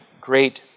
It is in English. great